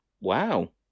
Wow